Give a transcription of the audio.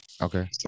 Okay